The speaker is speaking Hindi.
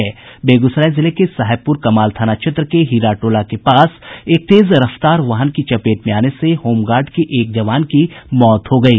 बेगूसराय जिले के साहेबपूर कमाल थाना क्षेत्र के हिराटोला के पास एक तेज रफ्तार वाहन की चपेट में आने से होमगार्ड के एक जवान की मौत हो गयी